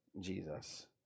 Jesus